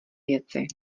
věci